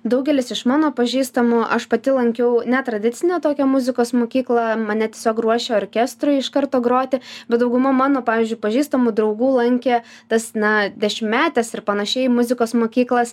daugelis iš mano pažįstamų aš pati lankiau netradicinę tokią muzikos mokyklą mane tiesiog ruošė orkestrui iš karto groti bet dauguma mano pavyzdžiui pažįstamų draugų lankė tas na dešimtmetes ir panašiai muzikos mokyklas